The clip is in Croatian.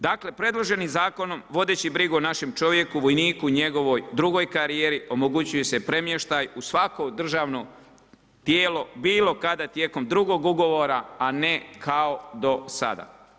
Dakle, predloženim zakonom, vodeći brigu o našem čovjeku, vojniku o njegovoj drugoj karijeri, omogućuje se premještaj u svako državno tijelo, bilo kada tijekom drugog ugovora, a ne kao do sada.